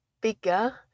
bigger